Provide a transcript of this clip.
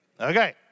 Okay